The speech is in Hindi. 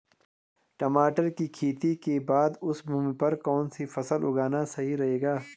टमाटर की खेती के बाद उस भूमि पर कौन सी फसल उगाना सही रहेगा?